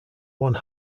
one